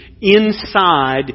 inside